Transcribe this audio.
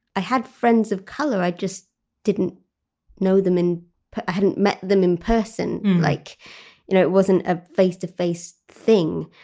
i had friends of colour i just didn't know them and i hadn't met them in person like you know it wasn't a face to face thing.